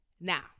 Now